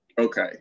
Okay